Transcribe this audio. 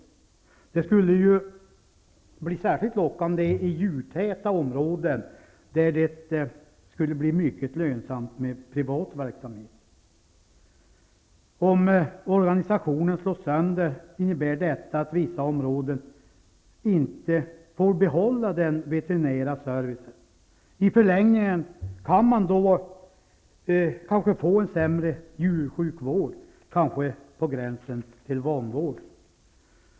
Det skulle bli särskilt lockande i djurtäta områden, där det skulle bli mycket lönsamt med privat verksamhet. Om organisationen slås sönder, innebär detta att vissa områden inte får behålla den veterinära servicen. I längden kan man då få en sämre djursjukvård, kanske på gränsen till vanvård.